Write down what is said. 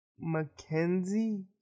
Mackenzie